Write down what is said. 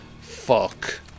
Fuck